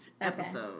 episode